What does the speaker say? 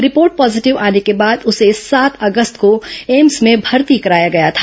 report positive आने के बाद उसे सात अगस्त को एम्स में भर्ती कराया गया था